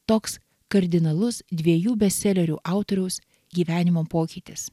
toks kardinalus dviejų bestselerių autoriaus gyvenimo pokytis